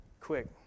quick